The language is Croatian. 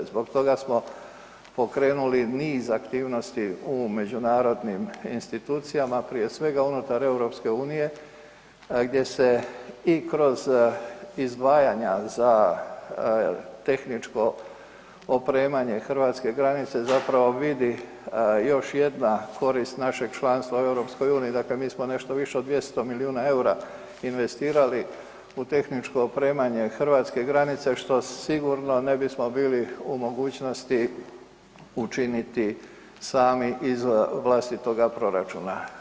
Zbog toga smo pokrenuli niz aktivnosti u međunarodnim institucijama, prije svega unutar EU gdje se i kroz izdvajanja za tehničko opremanje hrvatske granice zapravo vidi još jedna korist našeg članstva u EU, dakle mi smo nešto više od 200 milijuna eura investirali u tehničko opremanje hrvatske granice što sigurno ne bismo bili u mogućnosti učiniti sami iz vlastitoga proračuna.